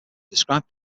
described